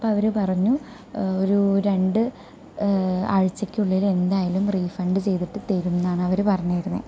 അപ്പം അവര് പറഞ്ഞു ഒരു രണ്ട് ആഴ്ച്ചക്കുള്ളിൽ എന്തായാലും റീഫണ്ട് ചെയ്തിട്ട് തെരും എന്നാണ് അവര് പറഞ്ഞിരുന്നത്